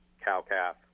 cow-calf